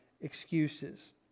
excuses